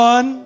One